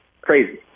crazy